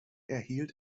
erhielt